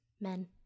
men